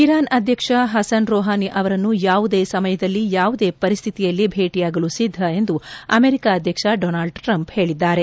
Iran ಅಧ್ಯಕ್ಷ ಅಸ್ಲಾಂ ರಪಾನಿ ಅವರನ್ನು ಯಾವುದೇ ಸಮಯದಲ್ಲಿ ಯಾವದೇ ಪರಿಶ್ರಿತಿಯಲ್ಲಿ ಭೇಟಿಯಾಗಲು ಸಿದ್ದವೆಂದು ಅಮೆರಿಕ ಅಧ್ಯಕ್ಷ ಡೋನಾಲ್ಡ್ ಟ್ರಂಪ್ ಹೇಳಿದ್ದಾರೆ